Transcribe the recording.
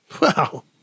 wow